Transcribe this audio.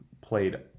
played